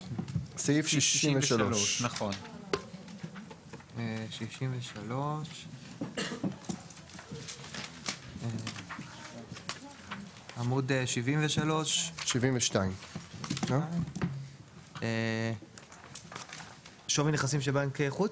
סעיף 63. עמוד 72. שווי נכסים של בנק חוץ?